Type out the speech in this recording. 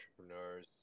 entrepreneurs